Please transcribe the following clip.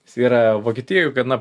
jisai yra vokietijoj gana